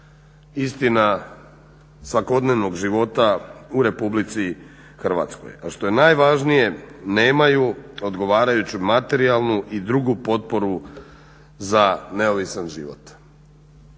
istina svakodnevnog života u RH. A što je najvažnije nema odgovarajuću materijalnu i drugu potporu za neovisan život.